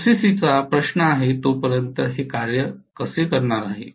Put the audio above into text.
ओसीसीचा प्रश्न आहे तोपर्यंत हे कार्य कसे करणार आहे